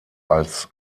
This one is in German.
als